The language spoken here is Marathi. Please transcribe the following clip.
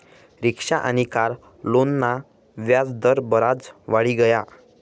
रिक्शा आनी कार लोनना व्याज दर बराज वाढी गया